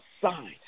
sign